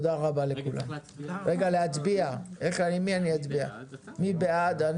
מי בעד?